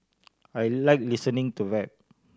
I like listening to rap